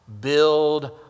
build